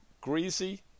Greasy